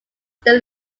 they